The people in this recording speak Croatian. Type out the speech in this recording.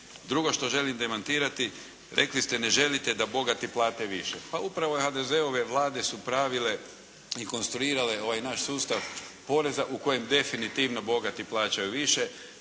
Drugo što želim demantirati. Rekli ste ne želite da bogati plate više. Pa upravo HDZ-ove vlade su pravile i konstruirale ovaj naš sustav poreza u kojima definitivno bogati plaćaju više.